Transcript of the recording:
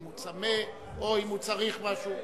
אם הוא צמא או אם הוא צריך משהו.